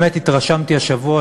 באמת התרשמתי השבוע,